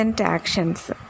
actions